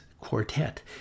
quartet